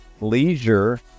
leisure